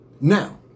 Now